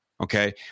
Okay